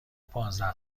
پانزده